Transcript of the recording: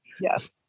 Yes